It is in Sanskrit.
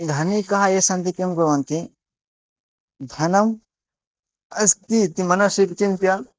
धनिकाः ये सन्ति किं कुर्वन्ति धनम् अस्ति इति मनसि विचिन्त्य